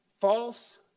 False